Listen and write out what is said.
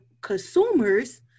consumers